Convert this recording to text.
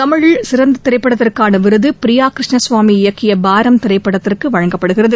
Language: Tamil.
தமிழில் சிறந்த படத்திற்கான விருது பிரியா கிருஷ்ணசாமி இயக்கிய பாரம் திரைப்படத்திற்கு வழங்கப்படுகிறது